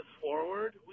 forward